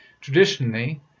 Traditionally